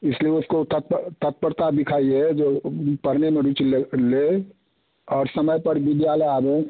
इस लिए उसको तत्प तत्परता दिखाइए जो पढ़ने में रूचि ले ले और समय पर विद्यालय आए